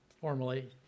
formally